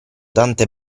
tante